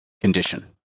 condition